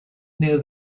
near